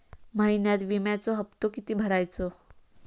महिन्यात विम्याचो हप्तो किती भरायचो?